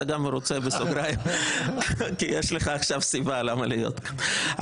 אתה גם מרוצה כי יש לך סיבה למה להיות כאן.